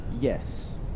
Yes